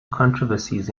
controversies